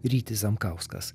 rytis zemkauskas